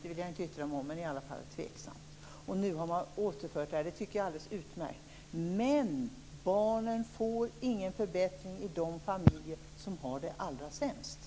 Jag vill inte uttala mig om det; det hela var i alla fall tveksamt. Att man nu återinför högre barnbidrag tycker jag är utmärkt, men barnen i de familjer som har det allra sämst får, som sagt, ingen förbättring.